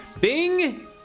Bing